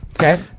Okay